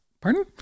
pardon